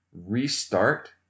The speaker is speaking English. restart